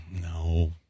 No